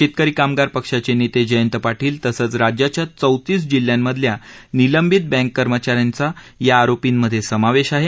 शेतकरी कामगार पक्षाचे नेते जयंत पाटील तसंच राज्याच्या चौतीस जिल्ह्यांमधल्या निलंबित बँक कर्मचाऱ्यांचा या आरोपींमध्ये समावेश आहे